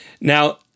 Now